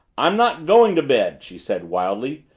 i am not going to bed! she said wildly.